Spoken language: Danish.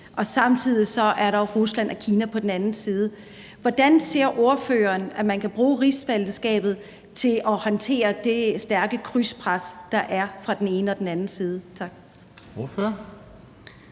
Og samtidig er der jo Rusland og Kina på den anden side. Hvordan ser ordføreren at man kan bruge rigsfællesskabet til at håndtere det stærke krydspres, der er fra den ene og den anden side?